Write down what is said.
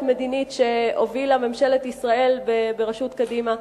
מדינית שהובילה ממשלת ישראל בראשות קדימה,